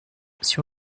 sur